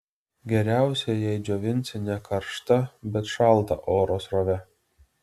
geriausia jei džiovinsi ne karšta bet šalta oro srove